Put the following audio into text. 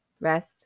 rest